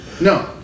No